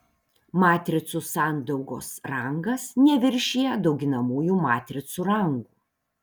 matricų sandaugos rangas neviršija dauginamųjų matricų rangų